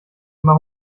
immer